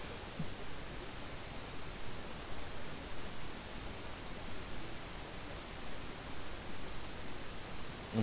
mm